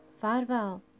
Farewell